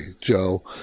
Joe